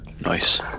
Nice